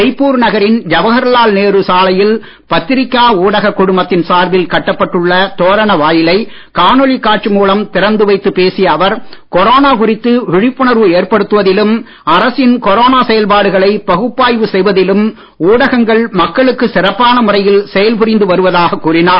ஜெய்ப்பூர் நகரின் ஜவஹர்லால் நேரு சாலையில் பத்திரிக்கா ஊடக குழுமத்தின் சார்பில் கட்டப்பட்டுள்ள தோரண வாயிலை காணொளி காட்சி மூலம் திறந்து வைத்துப் பேசிய அவர் கொரோனா குறித்து விழிப்புணர்வு ஏற்படுத்துவதிலும் அரசின் கொரோனா செயல்பாடுகளை பகுப்பாய்வு செய்வதிலும் ஊடகங்கள் மக்களுக்கு சிறப்பான முறையில் செயல் புரிந்து வருவதாக கூறினார்